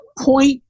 point